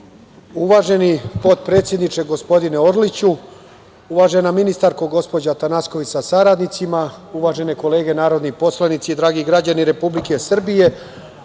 Uvaženi potpredsedniče, gospodine Orliću, uvažena ministarko, gospođo Atanasković sa saradnicima, uvažene kolege narodni poslanici i dragi građani Republike Srbije,